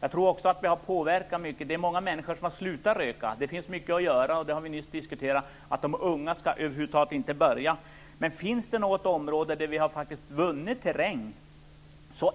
Jag tror också att vi har påverkat många. Det är många människor som har slutat röka. Det finns mycket att göra. Vi har nyss diskuterat att de unga över huvud taget inte skall börja. Men om det finns något område där vi faktiskt har vunnit terräng